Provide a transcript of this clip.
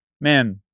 man